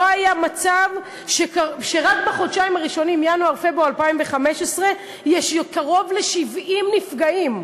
לא היה מצב שרק בחודשים ינואר-פברואר 2015 יש קרוב ל-70 נפגעים.